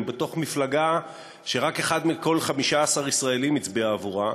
בתוך מפלגה שרק אחד מכל 15 ישראלים הצביעה בעבורה,